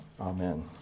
amen